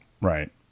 Right